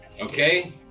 Okay